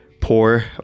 Poor